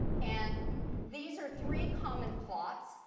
and these are three common plots.